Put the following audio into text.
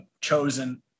chosen